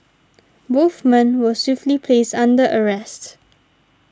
both men were swiftly placed under arrest